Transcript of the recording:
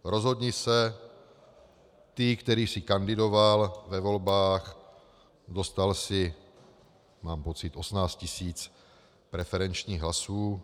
Rozhodni se, ty, který jsi kandidoval ve volbách, dostal jsi, mám pocit, 18 tisíc preferenčních hlasů.